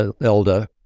elder